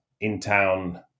in-town